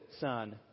son